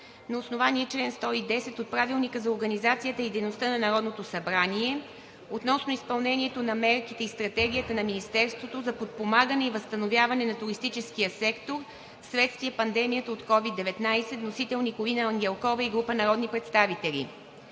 Народното събрание относно изпълнението на мерките и стратегията на Министерството за подпомагане и възстановяване на туристическия сектор вследствие пандемията от COVID-19. Вносители: Николина Ангелкова и група народни представители.